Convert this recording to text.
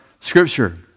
Scripture